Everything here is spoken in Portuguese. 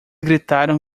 gritaram